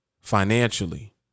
financially